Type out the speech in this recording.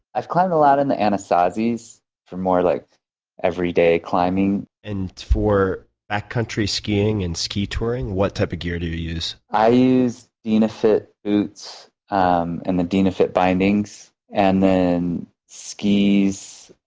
i've climbed a lot in the anasazis for more like everyday climbing. and for back country skiing and ski touring, what type of gear do you use? i use dynafit boots um and the dynafit bindings. and then skis,